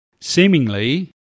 Seemingly